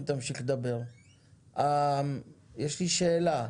שאלה.